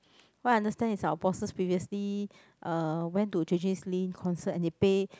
what understand is our bosses previously uh went to J_J-Lins concert and he paid